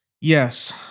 Yes